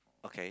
okay